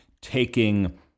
taking